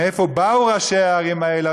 מאין באו ראשי הערים האלה,